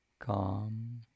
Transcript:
Calm